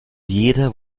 jeder